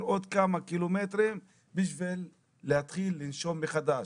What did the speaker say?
עוד כמה קילומטרים בשביל להתחיל לנשום מחדש.